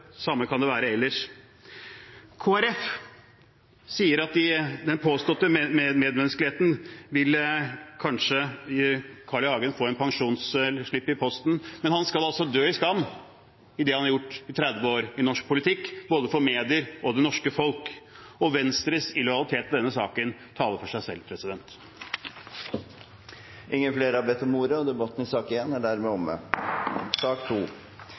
samme kan det være ellers. Kristelig Folkeparti sier at i den påståtte medmenneskeligheten vil kanskje Carl I. Hagen få en pensjonsslipp i posten, men han skal altså dø i skam i det han har gjort i 30 år i norsk politikk, både for medier og for det norske folk. Venstres illojalitet i denne saken taler for seg selv. Flere har ikke bedt om ordet til sak nr. 1. Presidenten vil foreslå at debatten